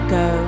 go